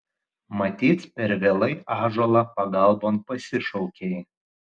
matyt per vėlai ąžuolą pagalbon pasišaukei